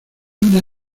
una